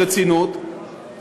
ברצינות,